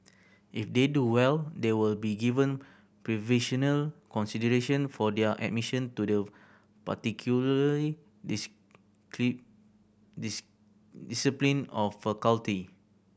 if they do well they will be given preferential consideration for their admission to the particular discipline or faculty